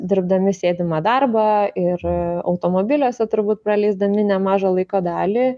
dirbdami sėdimą darbą ir automobiliuose turbūt praleisdami nemažą laiko dalį